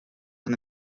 van